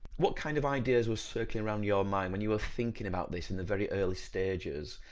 what kind of ideas were circling around your mind when you were thinking about this in the very early stages?